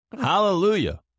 Hallelujah